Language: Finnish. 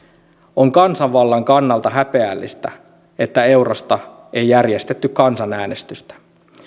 on kansanvallan kannalta häpeällistä että eurosta ei järjestetty kansanäänestystä